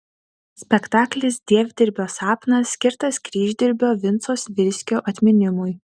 spektaklis dievdirbio sapnas skirtas kryždirbio vinco svirskio atminimui